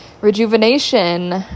rejuvenation